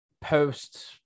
post